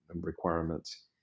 requirements